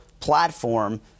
platform